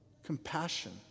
compassion